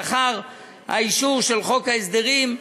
לאחר האישור של חוק ההסדרים,